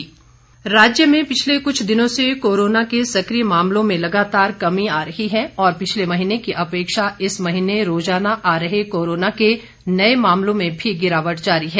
Himachal corona राज्य में पिछले कुछ दिनों से कोरोना के सक्रिय मामलों में लगातार कमी आ रही है और पिछले महीने की अपेक्षा इस महीने रोजाना आ रहे कोरोना के नए मामलों में भी गिरावट जारी है